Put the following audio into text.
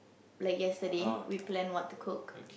like yesterday we plan what to cook